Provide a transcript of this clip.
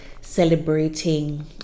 celebrating